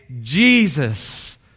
Jesus